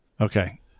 okay